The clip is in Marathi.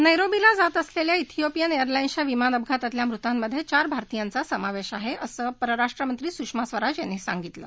नद्रीमीला जात असलल्या श्रियोपियन एअरलाईन्सच्या विमान अपघातातल्या मृतांमध्यचिर भारतीयांचा समावश्रीआह असं परराष्ट्र मंत्री सुषमा स्वराज यांनी सांगितलं